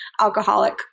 alcoholic